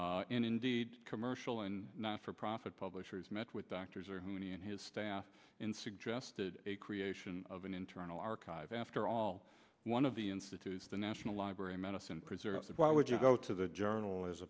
and indeed commercial and not for profit publishers met with doctors or who he and his staff in suggested a creation of an internal archive after all one of the institutes the national library of medicine preserved why would you go to the journal as